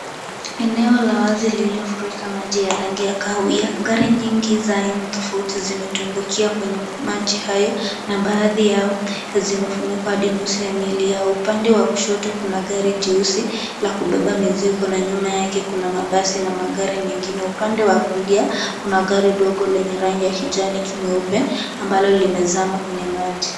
Eneo la wazi lililofurika maji ya rangi ya kahawia. Gari nyingi za aina tofauti zimetumbukia kwenye maji hayo na baadhi yao zimefunikwa adi nusu ya miili yao. Upande wa kushoto kuna gari jeusi la kubeba mizigo, nyuma yake kuna mabasi na magari mengine. Upande wa kulia, kuna gari dogo lenye rangi ya kijani nyeupe ambalo limezama kwenye maji.